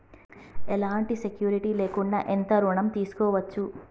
ఎలాంటి సెక్యూరిటీ లేకుండా ఎంత ఋణం తీసుకోవచ్చు?